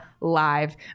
live